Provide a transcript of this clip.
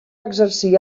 exercir